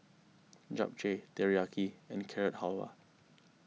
Japchae Teriyaki and Carrot Halwa